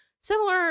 Similar